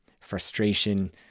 frustration